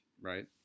right